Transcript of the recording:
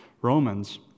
Romans